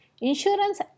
insurance